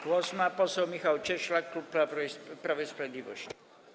Głos ma poseł Michał Cieślak, klub Prawo i Sprawiedliwość.